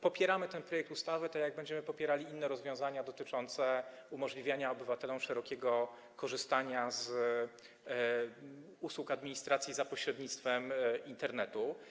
Popieramy ten projekt ustawy, tak jak będziemy popierali inne rozwiązania dotyczące umożliwiania obywatelom szerokiego korzystania z usług administracji za pośrednictwem Internetu.